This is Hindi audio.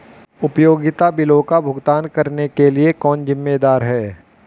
उपयोगिता बिलों का भुगतान करने के लिए कौन जिम्मेदार है?